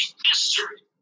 history